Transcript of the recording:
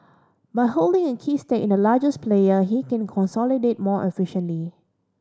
by holding a key stake in the largest player he can consolidate more efficiently